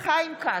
חיים כץ,